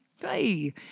Hey